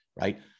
right